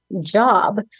job